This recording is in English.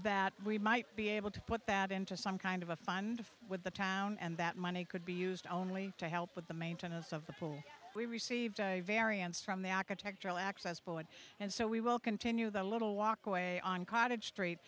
that we might be able to put that into some kind of a fund with the town and that money could be used only to help with the maintenance of the pool we received a variance from the architectural access board and so we will continue the little walkway on cottage street